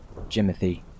Jimothy